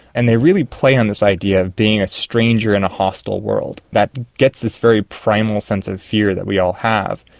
and they really play on this idea of being a stranger in a hostile world that gets this very primal sense of fear that we all have.